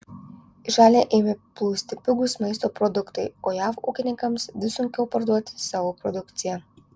į šalį ėmė plūsti pigūs maisto produktai o jav ūkininkams vis sunkiau parduoti savo produkciją